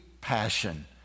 Passion